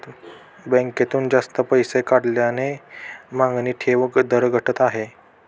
बँकेतून जास्त पैसे काढल्याने मागणी ठेव दर घटला आहे